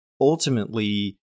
ultimately